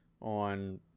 on